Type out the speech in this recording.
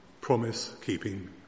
promise-keeping